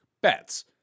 bets